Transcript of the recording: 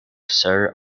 sir